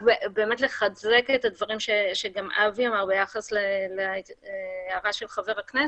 רק באמת לחדד את הדברים שגם אבי אמר ביחס להערה של חבר הכנסת,